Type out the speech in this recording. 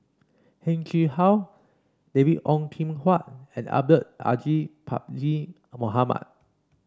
Heng Chee How David Ong Kim Huat and Abdul Aziz Pakkeer Mohamed